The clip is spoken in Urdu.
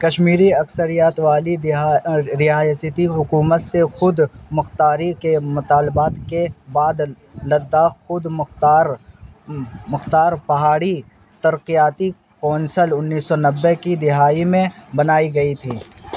کشمیری اکثریات والی ریایستی حکومت سے خود مختاری کے مطالبات کے بعد لداخ خود مختار مختار پہاڑی ترقیاتی کونسل انیس سو نوّے کی دہائی میں بنائی گئی تھی